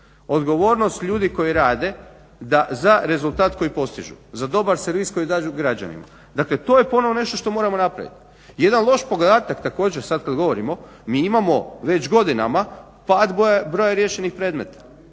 Odgovornost ljudi koji rade za rezultat koji postižu, za dobar servis koji … građanima. Dakle to je ponovo nešto što moramo napravit. Jedan loš podatak, također sad kad govorimo, mi imamo već godinama pad broja riješenih predmeta,